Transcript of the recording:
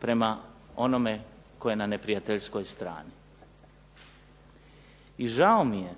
prema onome tko je na neprijateljskoj strani. I žao mi je